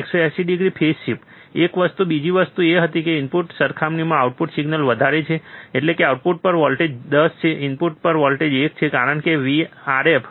180 degree phase shift એક વસ્તુ બીજી વસ્તુ એ હતી કે ઇનપુટની સરખામણીમાં આઉટપુટ સિગ્નલ વધારે છે એટલે કે આઉટપુટ પર વોલ્ટેજ 10 છે ઇનપુટ પર વોલ્ટેજ 1 છે કારણ કે Rf